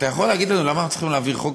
אתה יכול להגיד לנו למה אנחנו צריכים להעביר חוק